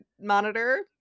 monitor